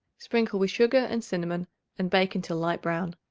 sprinkle with sugar and cinnamon and bake until light brown.